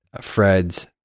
fred's